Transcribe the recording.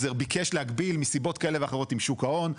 ביקש להגביל, מסיבות כאלה ואחרות עם שוק ההון,